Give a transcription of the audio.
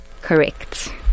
Correct